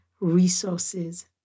resources